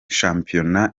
shampiyona